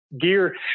gear